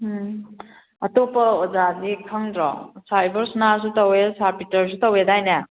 ꯎꯝ ꯑꯇꯣꯞꯄ ꯑꯣꯖꯥꯗꯤ ꯈꯪꯗ꯭ꯔꯣ ꯁꯥꯔ ꯏꯕꯣꯁꯅꯥꯁꯨ ꯇꯧꯋꯦ ꯁꯥꯔ ꯄꯤꯇꯔꯁꯨ ꯇꯧꯋꯦꯗꯥꯏꯅꯦ